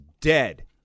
dead